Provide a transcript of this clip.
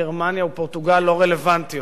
גרמניה ופורטוגל לא רלוונטיות.